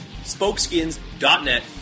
spokeskins.net